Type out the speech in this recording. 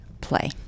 play